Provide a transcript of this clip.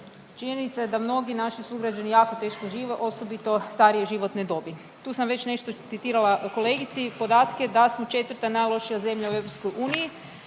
činjenica je da mnogi naši sugrađani jako teško žive, osobito starije životne dobi. Tu sam već nešto citirala kolegici podatke da smo 4. najlošija zemlja u EU. U riziku